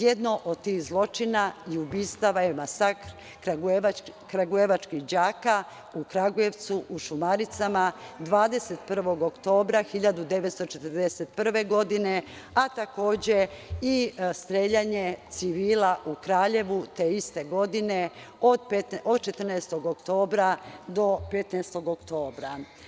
Jedno od tih zločina i ubistava je masakr kragujevačkih đaka u Kragujevcu, u Šumaricama 21. oktobra 1941. godine, a takođe i streljanje civila u Kraljevu te iste godine od 14. oktobra do 15. oktobra.